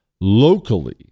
locally